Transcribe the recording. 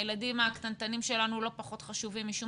הילדים הקטנטנים שלנו לא פחות חשובים משום